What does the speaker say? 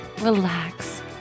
relax